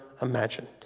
imagine